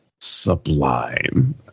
sublime